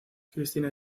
cristina